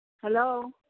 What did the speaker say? Hello